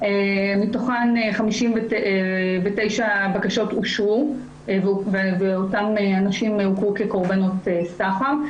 מתוכן 59 בקשות אושרו ואותם אנשים הוכרו כקורבנות סחר.